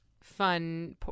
fun